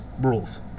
rules